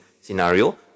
scenario